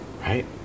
Right